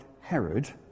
Herod